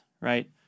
right